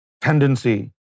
tendency